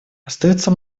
остается